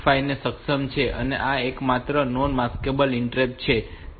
5 ની સમકક્ષ છે અને આ એકમાત્ર નોન માસ્કેબલ ઇન્ટરપ્ટ છે